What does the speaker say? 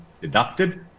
deducted